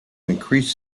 increase